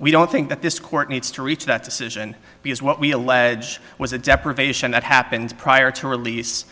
we don't think that this court needs to reach that decision because what we allege was a deprivation that happened prior to release